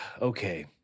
Okay